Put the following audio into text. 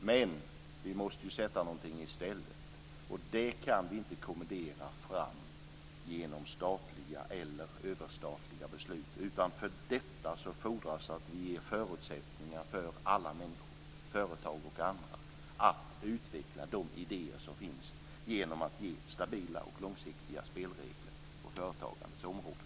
Men vi måste ju ha något i stället, och det kan vi inte kommendera fram genom statliga eller överstatliga beslut, utan för detta fordras att vi ger förutsättningar för alla människor, företag och andra, att utveckla de idéer som finns genom att ge stabila och långsiktiga spelregler på företagandets område.